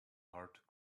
heart